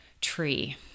tree